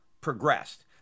progressed